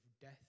death